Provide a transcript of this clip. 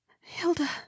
hilda